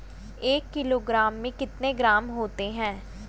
एक किलोग्राम में कितने ग्राम होते हैं?